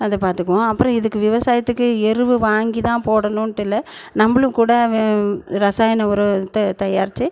அதை பார்த்துக்குவோம் அப்புறம் இதுக்கு விவசாயத்துக்கு எரு வாங்கி தான் போடணுன்ட்டில்லை நம்பளும் கூட வே ரசாயன உரத்தை தயாரித்து